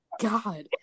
God